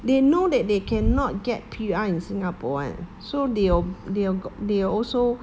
they know that they cannot get P_R in singapore [one] so they will they will they will also